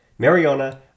Mariona